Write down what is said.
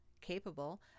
capable